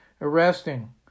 arresting